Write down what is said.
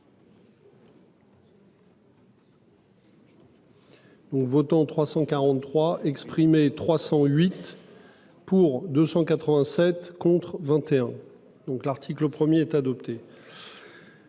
Votants 343 exprimés, 308. Pour, 287 contre 21. Donc l'article 1er est adopté.